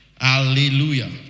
Hallelujah